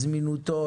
זמינותו,